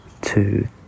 two